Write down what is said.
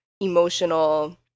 emotional